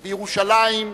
בירושלים,